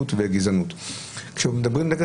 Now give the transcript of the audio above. יורחבו סמכויות יושב-ראש ועדת